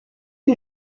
you